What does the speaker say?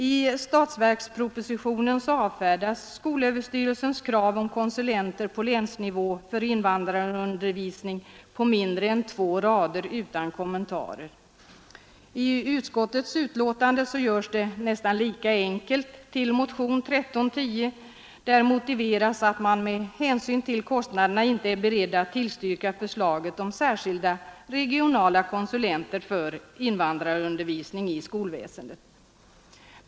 I statsverkspropositionen avfärdas skolöverstyrelsens krav om konsulenter på länsnivå för invandrarundervisning på mindre än två rader utan kommentarer. I utskottets betänkande behandlas motionen 1310 på ett nästan lika enkelt sätt. Där framhålls att man med hänsyn till kostnaderna inte är beredd att tillstyrka förslaget om särskilda regionala konsulenter för invandrarundervisning i skolväsendet.